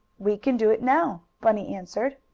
we can do it now, bunny answered.